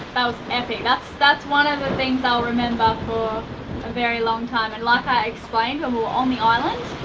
that was epic, that's that's one of the things i'll remember for a very long time. and like i explained, when we were on the island,